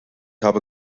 habe